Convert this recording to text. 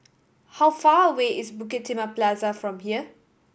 how far away is Bukit Timah Plaza from here